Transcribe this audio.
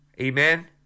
Amen